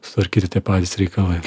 sutvarkyti tie patys reikalai